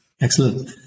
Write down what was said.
Excellent